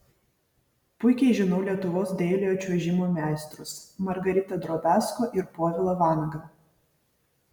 puikiai žinau lietuvos dailiojo čiuožimo meistrus margaritą drobiazko ir povilą vanagą